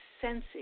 sensing